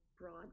broad